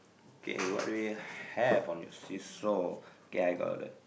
okay what do we have on your see saw okay I got a